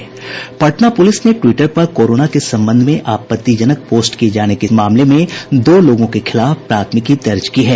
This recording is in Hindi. पटना पुलिस ने ट्वीटर पर कोरोना के संबंध में आपत्तिजनक पोस्ट किये जाने के संबंध में दो लोगों के खिलाफ प्राथमिकी दर्ज की है